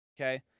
okay